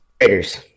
Raiders